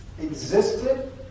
existed